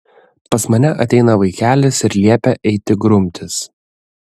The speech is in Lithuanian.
pas mane ateina vaikelis ir liepia eiti grumtis